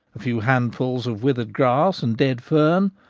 a few hand fuls of withered grass and dead fern,